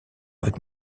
avec